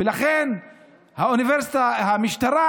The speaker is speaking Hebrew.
ולכן המשטרה,